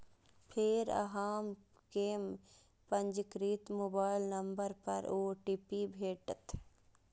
फेर अहां कें पंजीकृत मोबाइल नंबर पर ओ.टी.पी भेटत